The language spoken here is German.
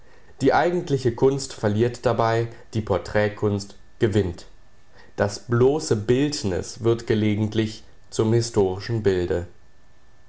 die eigentliche kunst verliert dabei die porträt kunst gewinnt das bloße bildnis wird gelegentlich zum historischen bilde